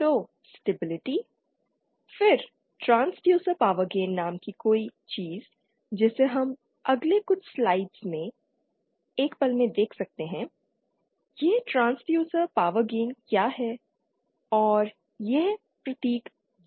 तो स्टेबिलिटी फिर transducer power gain नाम की कोई चीज जिसे हम अगले कुछ स्लाइड्स में एक पल में देख सकते हैं यह ट्रांसड्यूसर पावर गेन क्या है और यह प्रतीक G द्वारा दर्शाया गया है